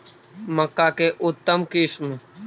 मक्का के उतम किस्म?